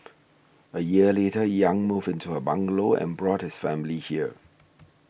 a year later Yang moved into her bungalow and brought his family here